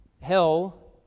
hell